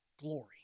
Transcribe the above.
glory